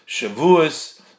Shavuos